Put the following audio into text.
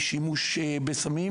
לשימוש בסמים,